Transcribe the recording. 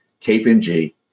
KPMG